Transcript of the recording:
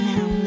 Now